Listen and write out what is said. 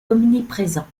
omniprésent